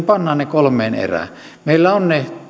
pannaan ne kolmeen erään meillä on ne